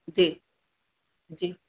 जी जी